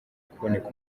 kuboneka